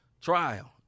trial